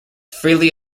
freely